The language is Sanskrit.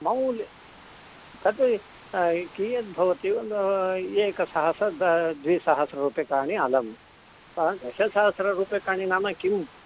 मौल्यं तद् कियत् भवति एकसहस्र द द्विसहस्ररूप्यकाणि अलं परं दशसहस्ररूप्यकाणि नाम किं